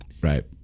right